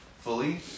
fully